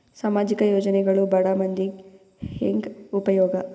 ಸಾಮಾಜಿಕ ಯೋಜನೆಗಳು ಬಡ ಮಂದಿಗೆ ಹೆಂಗ್ ಉಪಯೋಗ?